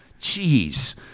Jeez